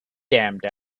damned